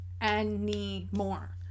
anymore